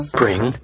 bring